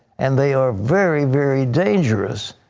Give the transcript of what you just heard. and they are very very dangerous,